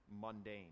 mundane